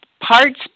Parts